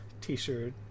t-shirt